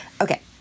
Okay